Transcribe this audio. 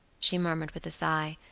she murmured with a sigh,